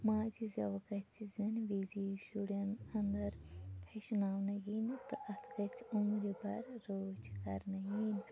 ماجہِ زٮ۪و گَژھِ زٮ۪نہٕ وِزی شُرٮ۪ن انٛدر ہیٚچھناونہٕ یِنۍ تہٕ اَتھ گژھِ عُمرِ بھَر رٲچھ کَرنہٕ یِنۍ